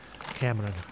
Cameron